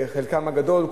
חלקם הגדול,